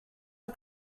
are